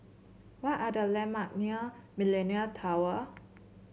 what are the landmark near Millenia Tower